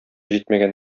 җитмәгән